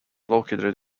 located